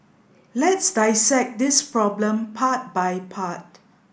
let's dissect this problem part by part